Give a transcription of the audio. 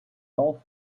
kalf